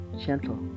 Gentle